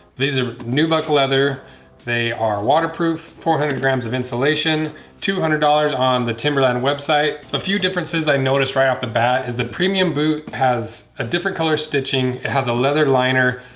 these are new buck leather they are waterproof four hundred grams of insulation two hundred dollars on the timberland website. so a few differences i noticed right off the bat is the premium boot has a different color stitching. it has a leather liner.